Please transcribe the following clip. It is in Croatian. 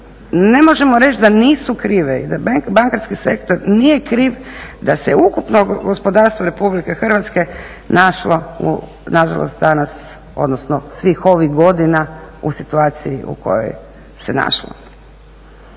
ne možemo reći da nisu krive i da bankarski sektor nije kriv da se ukupno gospodarstvo Republike Hrvatske našlo u na žalost danas, odnosno svih ovih godina u situaciji u kojoj se našlo.